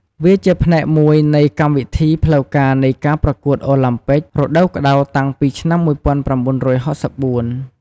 វាជាផ្នែកមួយនៃកម្មវិធីផ្លូវការនៃការប្រកួតអូឡាំពិករដូវក្តៅតាំងពីឆ្នាំ ១៩៦៤ ។